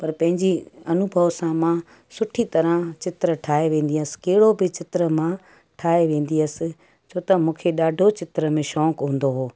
पर पंहिंजी अनुभव सां मां सुठी तरह चित्र ठाहे वेंदी हुअसि कहिड़ो बि चित्र मां ठाहे वेंदी हुअसि छो त मूंखे ॾाढो चित्र में शौक़ु हूंदो हुओ